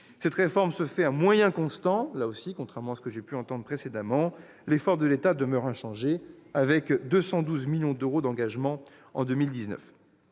Cette réforme se fait, là aussi, à moyens constants, contrairement à ce que j'ai pu entendre précédemment. L'effort de l'État demeure inchangé, avec 212 millions d'euros d'engagements en 2019.